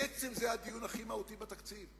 אבל בעצם זה הדיון הכי מהותי בתקציב.